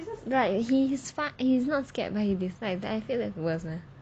right ya he's fine he's not scared but he dislike I feel that it's worse leh